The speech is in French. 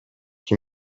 qui